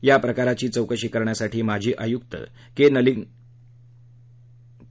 या प्रकाराची चौकशी करण्यासाठी माजी आयुक्त के